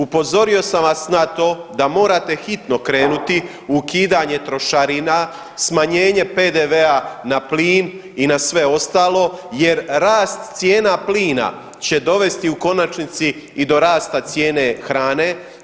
Upozorio sam vas na to da morate hitno krenuti u ukidanje trošarina, smanjenje PDV-a na plin i na sve ostalo jer rast cijena plina će dovesti u konačnici i do rasta cijene hrane.